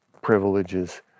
privileges